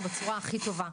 ובצורה הכי טובה.